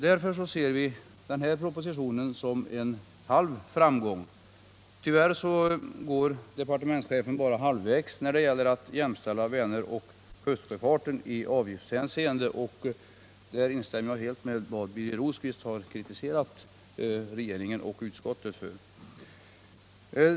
Därför ser vi denna proposition som en halv framgång. Tyvärr går departementschefen bara halva vägen när det gäller att jämställa Väneroch kustsjöfarten i avgiftshänseende. Här håller jag helt med Birger Rosqvist i hans kritik av regeringens och utskottets handlande.